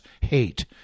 hate